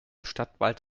stadtwald